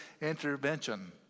intervention